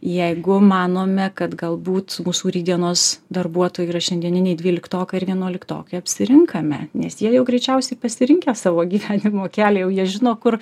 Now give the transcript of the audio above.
jeigu manome kad galbūt mūsų rytdienos darbuotojų yra šiandieniniai dvyliktokai ir vienuoliktokai apsirinkame nes jie jau greičiausiai pasirinkę savo gyvenimo kelią jau jie žino kur